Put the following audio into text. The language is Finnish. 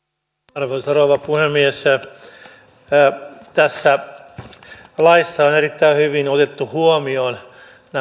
arvoisa rouva puhemies tässä laissa on erittäin hyvin otettu huomioon